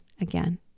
again